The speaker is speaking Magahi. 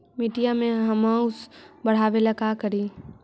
मिट्टियां में ह्यूमस बढ़ाबेला का करिए?